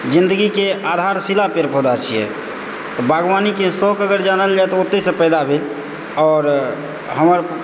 जिन्दगीके आधारशिला पेड़ पौधा छियै तऽ बागवानीके शौक अगर जानल जाए तऽ ओतयसँ पैदा भेल आओर हमर